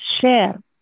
share